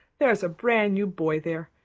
there's a brand new boy there.